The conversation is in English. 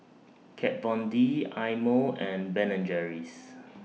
Kat Von D Eye Mo and Ben and Jerry's